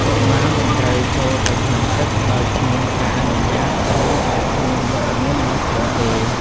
កុមារមិនត្រូវចូលទៅក្នុងទឹក ដោយគ្មានការអនុញ្ញាត ឬដោយគ្មានវត្តមានមនុស្សធំទេ។